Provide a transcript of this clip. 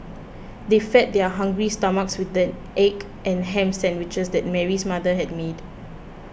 they fed their hungry stomachs with the egg and ham sandwiches that Mary's mother had made